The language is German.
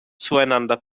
zueinander